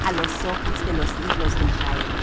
á los ojos de los hijos de israel